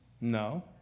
no